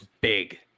big